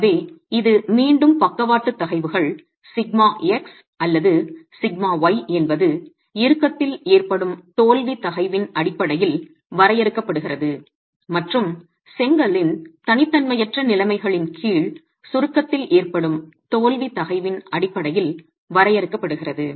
எனவே இது மீண்டும் பக்கவாட்டு தகைவுகள் σx அல்லது σy என்பது இறுக்கத்தில் ஏற்படும் தோல்வி தகைவின் அடிப்படையில் வரையறுக்கப்படுகிறது மற்றும் செங்கலின் தனித்தன்மையற்ற நிலைமைகளின் கீழ் சுருக்கத்தில் ஏற்படும் தோல்வி தகைவின் அடிப்படையில் வரையறுக்கப்படுகிறது